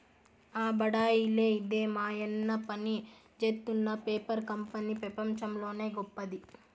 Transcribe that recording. ఆ బడాయిలే ఇదే మాయన్న పనిజేత్తున్న పేపర్ కంపెనీ పెపంచంలోనే గొప్పది